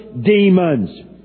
demons